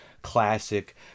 Classic